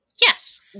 Yes